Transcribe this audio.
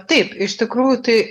taip iš tikrųjų tai